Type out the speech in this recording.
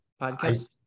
podcast